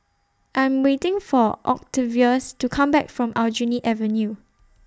I'm waiting For Octavius to Come Back from Aljunied Avenue